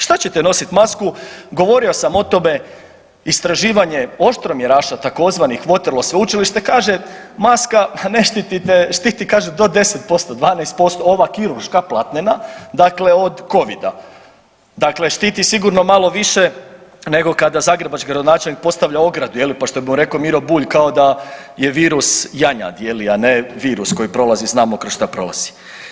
Šta ćete nosit masku, govorio sam o tome, istraživanje oštromjeraša tzv. Waterloo sveučilište kaže maska, a ne štitite, štiti kaže do 10%-12% ova kirurška platnena dakle od covida, dakle štiti sigurno malo više nego kada zagrebački gradonačelnik postavlja ogradu je li, pa što bi mu rekao Miro Bulj, kao da je virus janjad je li, a ne virus koji prolazi, znamo kroz šta prolazi.